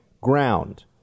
ground